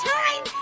time